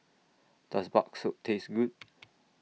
Does Bakso Taste Good